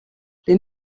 les